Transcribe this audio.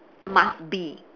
must be